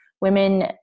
women